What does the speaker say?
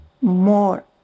More